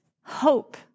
hope